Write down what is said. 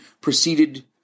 proceeded